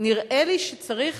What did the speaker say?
נראה לי שצריך